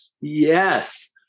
Yes